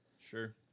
Sure